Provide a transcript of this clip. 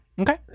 Okay